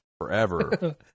Forever